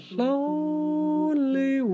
lonely